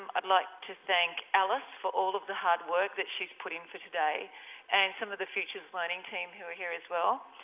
um i'd like to thank alice for all of the hard work that she's put in for today and some of the futures learning team who are here as well.